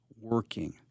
working